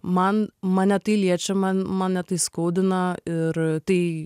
man mane tai liečia man mane tai skaudina ir tai